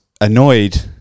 annoyed